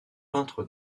peintre